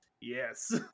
Yes